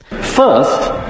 First